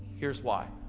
here's why.